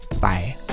Bye